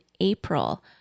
April